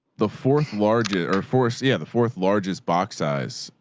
the fourth largest or forest. yeah. the fourth largest box size.